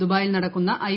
ദുബായിൽ നടക്കുന്ന ഐ